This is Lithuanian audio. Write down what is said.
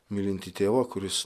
mylintį tėvą kuris